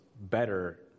better